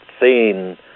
seen